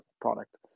product